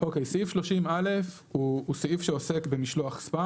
סעיף 30א הוא סעיף שעוסק במשלוח ספאם